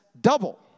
double